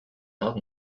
not